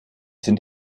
sind